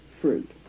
fruit